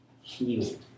healed